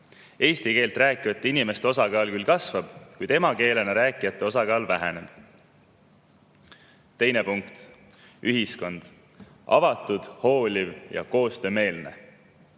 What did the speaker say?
Eesti keelt rääkivate inimeste osakaal küll kasvab, kuid seda emakeelena rääkijate osakaal väheneb. Teine punkt: ühiskond – avatud, hooliv ja koostöömeelne.